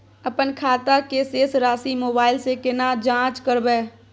अपन खाता के शेस राशि मोबाइल से केना जाँच करबै?